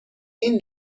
این